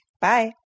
Bye